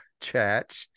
chat